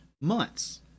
months